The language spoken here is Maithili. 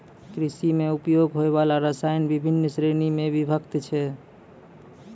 कृषि म उपयोग होय वाला रसायन बिभिन्न श्रेणी म विभक्त छै